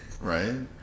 Right